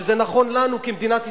שזה נכון לנו כמדינת ישראל,